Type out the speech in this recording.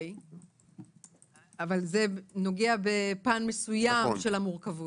זה נוגע בפן מסוים של המורכבות,